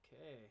Okay